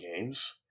Games